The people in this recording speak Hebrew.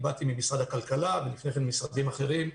אני באתי ממשרד הכלכלה, ולפני כן ממשרדים אחרים.